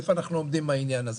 איפה אנחנו עומדים בעניין הזה.